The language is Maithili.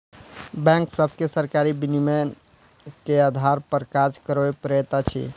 बैंक सभके सरकारी विनियमन के आधार पर काज करअ पड़ैत अछि